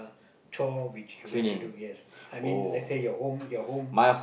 chore which you like to do yes I mean let's say your home your home